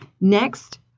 Next